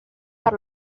per